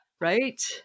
Right